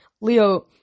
Leo